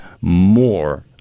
more